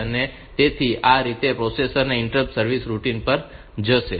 તેથી આ રીતે પ્રોસેસર ઇન્ટરપ્ટ સર્વિસ રૂટિન પર જશે